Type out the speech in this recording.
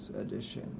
edition